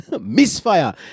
Misfire